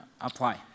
apply